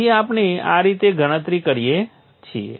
તેથી આપણે આ રીતે ગણતરી કરીએ છીએ